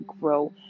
grow